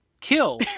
Kill